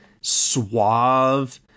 suave